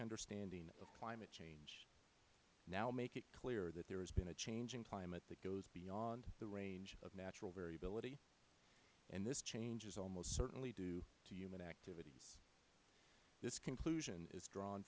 understanding of climate change now make it clear that there has been a change in climate that goes beyond the range of natural variability and this change is almost certainly due to human activities this conclusion is drawn